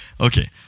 Okay